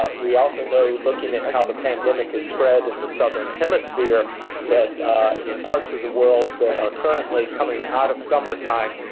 but we also know looking at how the pandemic has spread in the southern hemisphere that in parts of the world that are currently coming out of summer time,